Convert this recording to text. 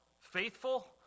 Faithful